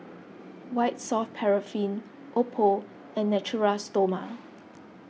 White Soft Paraffin Oppo and Natura Stoma